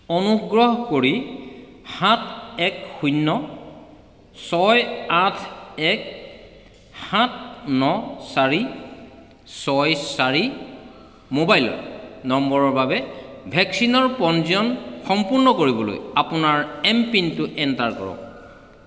অনুগ্ৰহ কৰি সাত এক শূন্য ছয় আঠ এক সাত ন চাৰি ছয় চাৰি মোবাইলত নম্বৰৰ বাবে ভেকচিনৰ পঞ্জীয়ন সম্পূৰ্ণ কৰিবলৈ আপোনাৰ এমপিনটো এণ্টাৰ কৰক